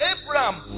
Abraham